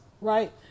right